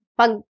pag